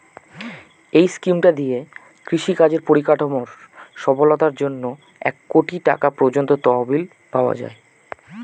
এই স্কিমটা দিয়ে কৃষি কাজের পরিকাঠামোর সফলতার জন্যে এক কোটি টাকা পর্যন্ত তহবিল পাওয়া যায়